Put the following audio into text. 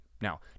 Now